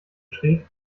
schräg